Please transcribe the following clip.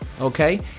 okay